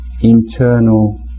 internal